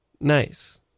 nice